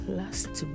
last